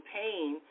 pain